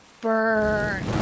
Burn